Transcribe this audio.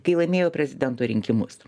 kai laimėjo prezidento rinkimus